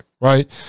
right